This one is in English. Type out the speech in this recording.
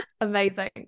amazing